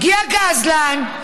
הגיע גזלן,